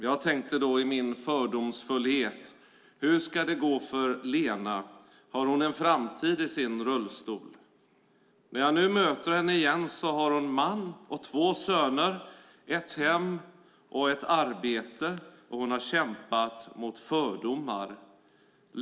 Jag tänkte då i min fördomsfullhet: Hur ska det gå för Lena? Har hon en framtid i sin rullstol? När jag nu möter henne igen har hon man och två söner, ett hem och ett arbete. Hon har kämpat mot fördomar.